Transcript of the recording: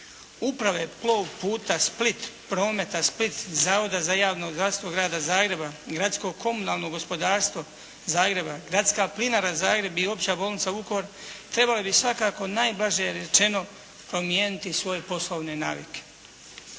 Uprave plov puta Split, prometa Split, Zavoda za javno zdravstvo grada Zagreba i Gradsko komunalno gospodarstvo Zagreba, Gradska plinara Zagreb i Opća bolnica Vukovar trebale bi svakako najblaže rečeno promijeniti svoje poslovne navike.